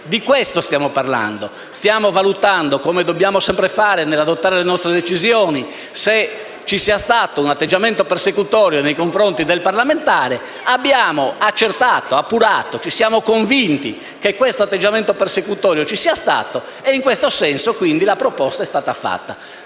Di questo stiamo parlando. Stiamo valutando, come dobbiamo sempre fare nell'adottare le nostre decisioni, se ci sia stato un atteggiamento persecutorio nei confronti del parlamentare. Abbiamo accertato, abbiamo appurato e ci siamo convinti che questo atteggiamento persecutorio ci sia stato; in questo senso, quindi, è stata avanzata